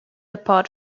apart